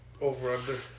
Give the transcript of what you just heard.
over-under